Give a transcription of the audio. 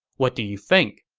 what do you think?